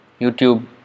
YouTube